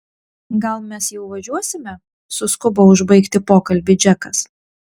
gal mes jau važiuosime suskubo užbaigti pokalbį džekas